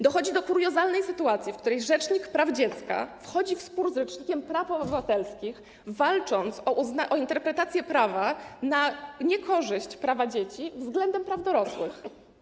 Dochodzi do kuriozalnej sytuacji, w której rzecznik praw dziecka wchodzi w spór z rzecznikiem praw obywatelskich, walcząc o interpretację prawa na niekorzyść prawa dzieci względem praw dorosłych.